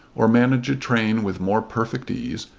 or manage a train with more perfect ease,